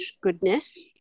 goodness